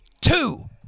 Two